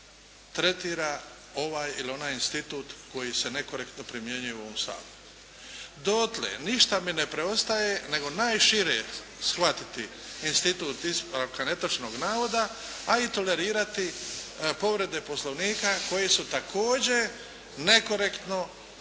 tretira ovaj ili onaj institut koji se nekorektno primjenjuje u ovom Saboru. Dotle ništa mi ne preostaje nego najšire shvatiti institut ispravka netočnog navoda a i tolerirati povrede Poslovnika koji su također nekorektno